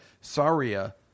Saria